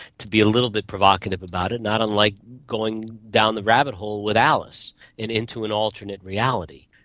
to be a little bit provocative about it, not unlike going down the rabbit hole with alice into an alternate reality.